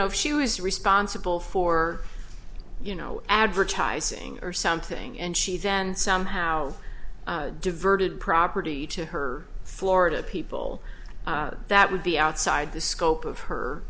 if she was responsible for you know advertising or something and she then somehow diverted property to her florida people that would be outside the scope of her